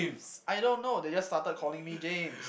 I don't know they just started calling me James